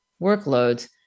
workloads